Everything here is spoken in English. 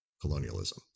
colonialism